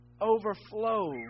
overflow